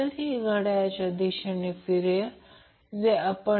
तर तीच गोष्ट येथे 50 अँगल 45° लिहिलेली आहे